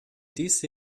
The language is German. diese